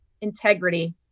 integrity